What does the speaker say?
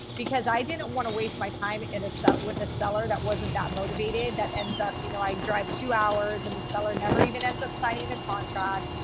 because i didn't want to waste my time in a set with a seller that wasn't, that motivated, that ends up, you know, i drive two hours and the seller never even ended up signing the contract.